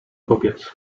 powiedz